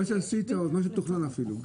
מה שעשית, מה שתוכנן אפילו.